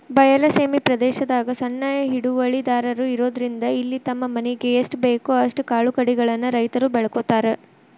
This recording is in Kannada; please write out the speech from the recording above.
ಬಯಲ ಸೇಮಿ ಪ್ರದೇಶದಾಗ ಸಣ್ಣ ಹಿಡುವಳಿದಾರರು ಇರೋದ್ರಿಂದ ಇಲ್ಲಿ ತಮ್ಮ ಮನಿಗೆ ಎಸ್ಟಬೇಕೋ ಅಷ್ಟ ಕಾಳುಕಡಿಗಳನ್ನ ರೈತರು ಬೆಳ್ಕೋತಾರ